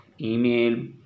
email